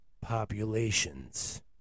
populations